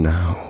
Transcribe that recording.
Now